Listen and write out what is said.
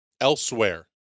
Elsewhere